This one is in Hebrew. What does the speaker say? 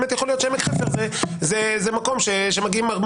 באמת יכול להיות שעמק חפר זה מקום שמגיעים אליו